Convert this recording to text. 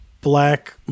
black